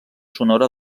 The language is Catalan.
sonora